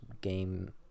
game